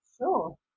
sure